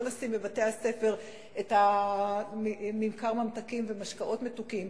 לא לשים בבתי-הספר את ממכר הממתקים והמשקאות המתוקים.